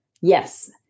Yes